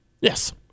Yes